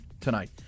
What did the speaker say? tonight